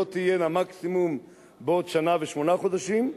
הבחירות תהיינה מקסימום בעוד שנה ושמונה חודשים,